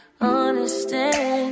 understand